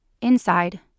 Inside